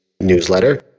newsletter